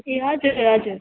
ए हजुर हजुर